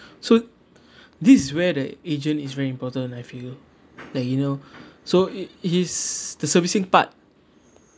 so this is where the agent is very important I feel like you know so it it is the servicing part